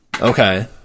Okay